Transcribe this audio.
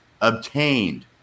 obtained